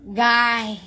guy